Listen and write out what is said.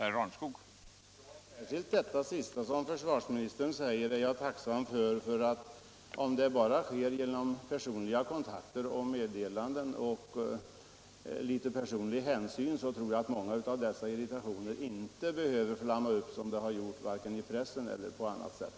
Herr talman! Särskilt det som försvarsministern senast sade är jag tacksam för. Om detta bara sker genom personliga kontakter och meddelanden och det visas litet personlig hänsyn, så tror jag att mycket av denna irritation inte behöver flamma upp som den har gjort — i pressen eller på annat sätt.